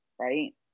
right